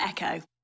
Echo